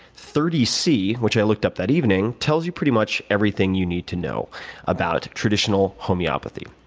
thirty c, which i looked up that evening, tells you pretty much everything you need to know about traditional homeopathy.